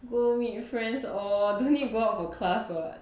go meet you friends all don't need go for class [what]